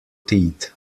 teeth